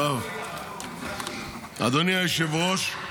אדוני היושב-ראש,